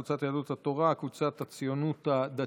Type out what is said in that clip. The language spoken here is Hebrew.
קבוצת סיעת יהדות התורה וקבוצת סיעת הציונות הדתית.